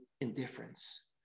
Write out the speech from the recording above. indifference